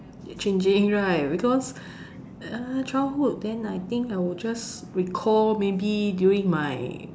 changing right because uh childhood then I think I will just recall maybe during my